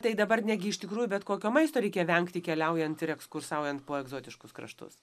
tai dabar negi iš tikrųjų bet kokio maisto reikia vengti keliaujant ir ekskursaujant po egzotiškus kraštus